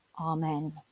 Amen